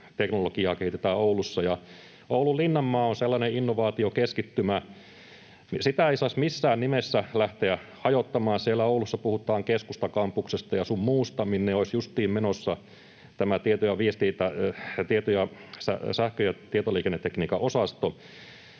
teknologiaa kehitetään Oulussa. Ja Oulun Linnanmaa on sellainen innovaatiokeskittymä, mitä ei saisi missään nimessä lähteä hajottamaan — siellä Oulussa puhutaan keskustakampuksesta sun muusta, minne olisi justiin menossa tämä sähkö‑ ja tietoliikennetekniikan osasto.